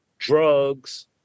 drugs